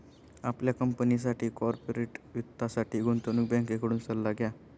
आपल्या कंपनीसाठी कॉर्पोरेट वित्तासाठी गुंतवणूक बँकेकडून सल्ला घ्या